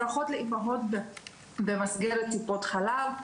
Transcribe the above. הדרכות לאימהות במסגרת טיפות חלב,